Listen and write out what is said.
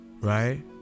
right